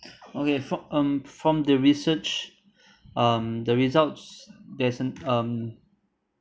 okay fr~ um from the research um the results there's um